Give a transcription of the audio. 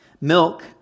Milk